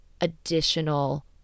additional